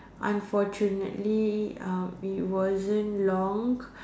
unfortunately uh it wasn't long